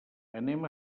anem